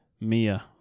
Mia